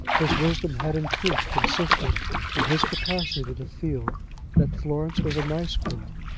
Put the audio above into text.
his wisdom had in truth consisted in his capacity to feel that florence was a nice girl,